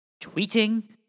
Tweeting